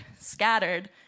scattered